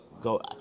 go